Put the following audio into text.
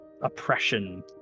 oppression